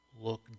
look